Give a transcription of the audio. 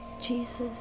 Jesus